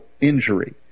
injury